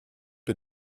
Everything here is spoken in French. est